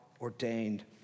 ordained